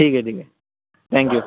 ठीक आहे ठीक आहे थँक यू